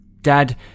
Dad